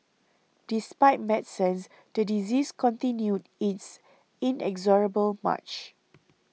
despite medicines the disease continued its inexorable march